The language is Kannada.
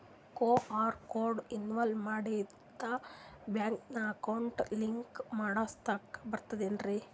ಕ್ಯೂ.ಆರ್ ಕೋಡ್ ಇನ್ಸ್ಟಾಲ ಮಾಡಿಂದ ಬ್ಯಾಂಕಿನ ಅಕೌಂಟ್ ಲಿಂಕ ಮಾಡಸ್ಲಾಕ ಬರ್ತದೇನ್ರಿ